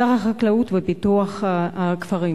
שר החקלאות ופיתוח הכפר,